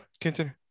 continue